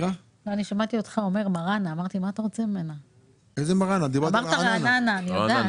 כשעברנו על הפנייה של משרד ראש הממשלה וראינו שמשרד